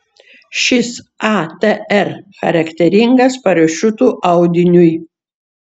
šis atr charakteringas parašiutų audiniui